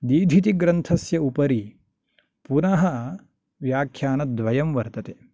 दीधीतिग्रन्थस्य उपरि पुनः व्याख्यानद्वयं वर्तते